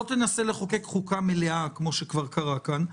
לא תנסה לחוקק חוקה מלאה כפי שכבר קרה כאן,